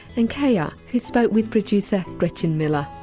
and kaya, who spoke with producer gretchen miller.